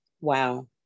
wow